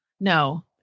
No